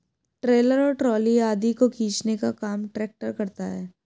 trailer और trolley आदि को खींचने का काम ट्रेक्टर करता है